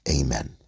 Amen